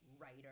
writer